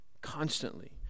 constantly